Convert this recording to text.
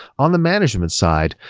on the management side,